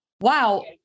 Wow